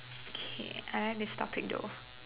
okay I like this topic though